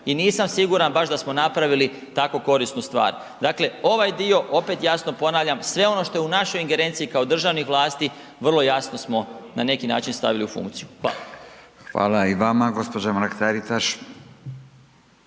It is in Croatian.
i nisam siguran baš da smo napravili tako korisnu stvar. Dakle, ovaj dio opet jasno ponavljam, sve ono što je u našoj ingerenciji kao državnih vlasti vrlo jasno smo na neki način stavili u funkciju. Hvala. **Radin, Furio (Nezavisni)**